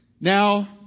Now